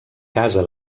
casa